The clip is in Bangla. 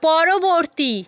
পরবর্তী